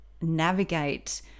navigate